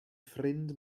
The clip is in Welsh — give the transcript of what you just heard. ffrind